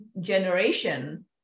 generation